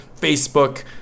facebook